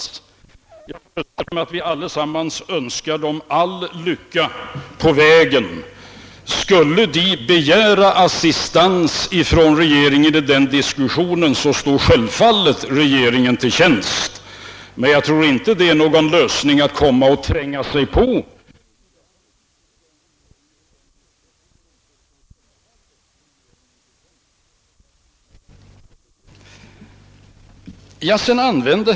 Jag föreställer mig att vi allesammans önskar dem all lycka på vägen. Skulle de begära assistans från regeringen i den diskussionen, står regeringen självfallet till tjänst härmed. Men jag tror inte att det är någon idé att tränga sig på i den diskussion som nu. pågår.